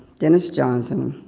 denis johnson,